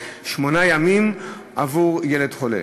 שמונה ימים עבור ילד חולה.